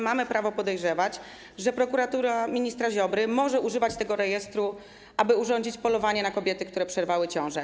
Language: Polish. Mamy prawo podejrzewać, że prokuratura ministra Ziobry może używać tego rejestru, aby urządzić polowanie na kobiety, które przerwały ciążę.